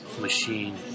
machine